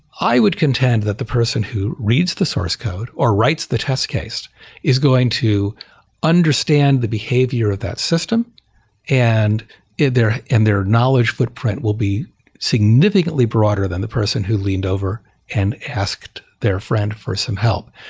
i would contend that the person who reads the source code or writes the test case is going to understand the behavior of that system and their and their knowledge footprint will be significantly broader than the person who leaned over and asked their friend for some help.